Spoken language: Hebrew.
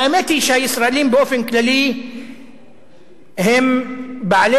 האמת היא שהישראלים באופן כללי הם בעלי